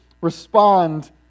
respond